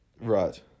Right